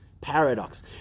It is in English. paradox